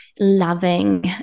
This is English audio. Loving